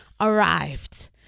arrived